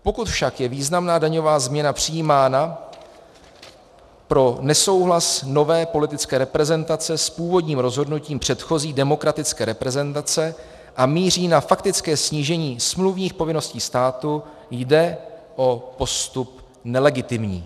Pokud však je významná daňová změna přijímána pro nesouhlas nové politické reprezentace s původním rozhodnutím předchozí demokratické reprezentace a míří na faktické snížení smluvních povinností státu, jde o postup nelegitimní.